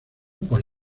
por